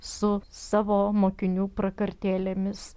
su savo mokinių prakartėlėmis